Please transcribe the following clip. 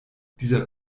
dieser